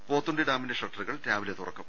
പോത്തുണ്ടി ഡാമിന്റെ ഷട്ടറുകൾ രാവിലെ തുറക്കും